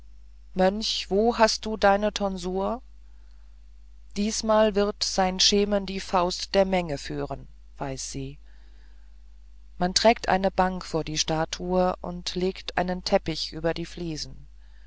mönch wo hast du deine tonsur diesmal wird sein schemen die faust der menge führen weiß sie man trägt eine bank vor die statue und legt einen teppich über die fliesen